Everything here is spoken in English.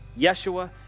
Yeshua